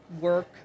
work